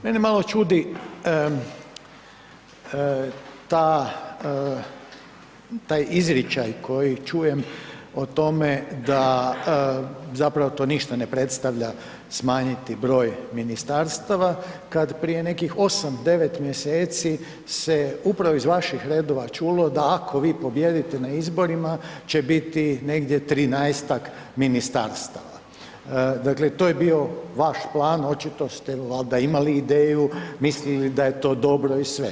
Mene malo čudi taj izričaj koji čujem o tome da zapravo to ništa ne predstavlja smanjiti broj ministarstava kad prije nekih osam, devet mjeseci se upravo iz vaših redova čulo da ako vi pobijedite na izborima će biti negdje 13-ak ministarstava, to je vaš bio plan, očito ste valjda imali ideju mislili da je to dobro i sve.